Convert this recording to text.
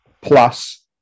plus